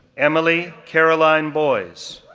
emily caroline boyes,